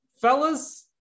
fellas